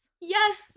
Yes